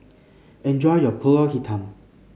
enjoy your Pulut Hitam